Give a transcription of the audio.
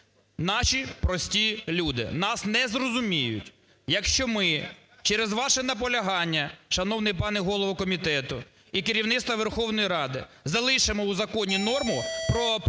наші прості люди нас не зрозуміють, якщо ми через ваше наполягання, шановний пане голово комітету і керівництво Верховної Ради, залишимо в законі норму про оплату